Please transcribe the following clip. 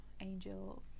angels